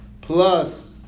plus